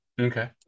Okay